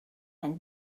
and